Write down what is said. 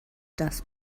das